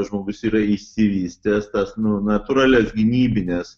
žmogus yra išsivystęs tas nu natūralias gynybines